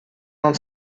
non